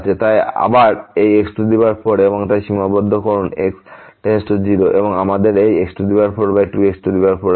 সুতরাং আবার এই x4 এবং তাই সীমাবদ্ধ করুন x → 0 এবং আমাদের এই x42x4আছে